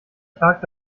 klagt